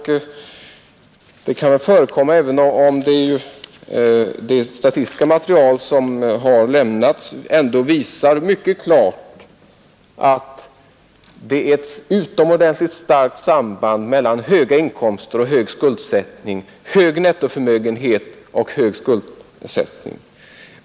Ja, det kan väl förekomma sådana, även om det statistiska material som har lämnats mycket klart visar att det är ett utomordentligt starkt samband mellan hög nettoförmögenhet, hög nettoinkomst och hög skuldsättning.